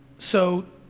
so,